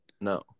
No